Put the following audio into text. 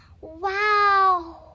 Wow